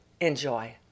Enjoy